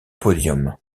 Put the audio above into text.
podium